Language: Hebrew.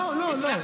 לא, לא.